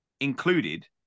included